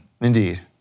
Indeed